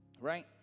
right